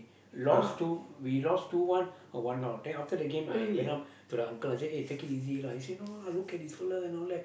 lost two we lost two one or one all then after the game I went up to the uncle I said eh take it easy lah he said no lah look at this fella and all that